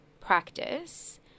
Practice